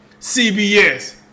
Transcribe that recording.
CBS